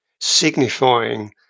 signifying